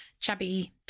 chubby